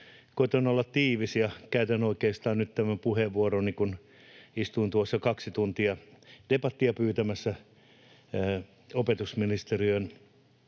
Koetan olla tiivis. Käytän oikeastaan nyt tämän puheenvuoroni, kun istuin tuossa kaksi tuntia pyytämässä debattia opetusministeriön